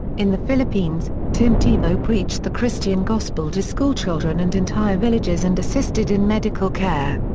in the philippines, tim tebow preached the christian gospel to schoolchildren and entire villages and assisted in medical care.